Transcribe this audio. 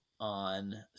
on